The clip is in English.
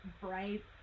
bright